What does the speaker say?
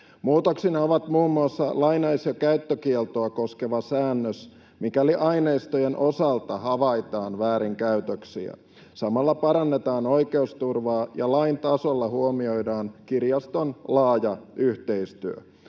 Muutoksena on muun muassa lainaus- ja käyttökieltoa koskeva säännös, mikäli aineistojen osalta havaitaan väärinkäytöksiä. Samalla parannetaan oikeusturvaa ja lain tasolla huomioidaan kirjaston laaja yhteistyö.